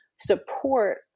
support